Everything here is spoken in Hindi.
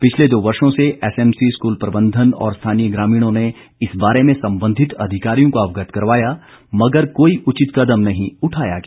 पिछले दो वर्षो से एसएमसी स्कूल प्रबंधन और स्थानीय ग्रामीणों ने इस बारे में संबंधित अधिकारियों को अवगत करवाया मगर कोई उचित कदम नहीं उठाया गया